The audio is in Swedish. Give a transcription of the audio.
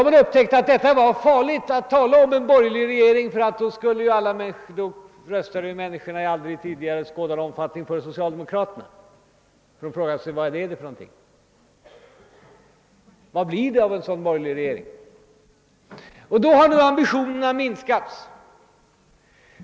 Man märkte sedan att det var farligt att tala om en borgerlig regering — då röstade nämligen människorna i aldrig tidigare skådad omfattning för socialdemokraterna, ty de frågade sig: Vad blir det av en sådan borgerlig regering? Nu har ambitionerna minskats.